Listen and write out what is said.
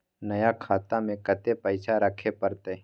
नया खाता में कत्ते पैसा रखे परतै?